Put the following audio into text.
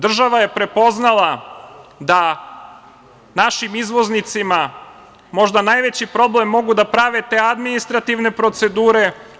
Država je prepoznala da našim izvoznicima možda najveći problem mogu da prave te administrativne procedure.